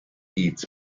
eats